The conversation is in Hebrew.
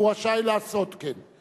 והוא רשאי לעשות כן.